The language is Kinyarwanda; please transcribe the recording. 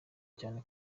cyane